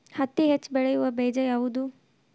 ಹತ್ತಿ ಹೆಚ್ಚ ಬೆಳೆಯುವ ಬೇಜ ಯಾವುದು?